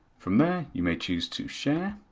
from there, you may choose to share,